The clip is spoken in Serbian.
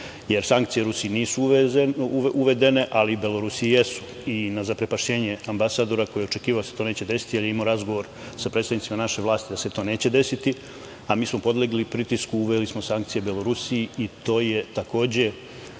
jer sankcije Rusiji nisu uvedene, ali Belorusiji jesu. Na zaprepašćenje ambasadora koji je očekivao da se to neće desiti, ali je imao razgovor sa predstavnicima naše vlasti da se to neće desiti, a mi smo podlegli pritisku i uveli smo sankcije Belorusiji. To je takođe,